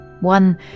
one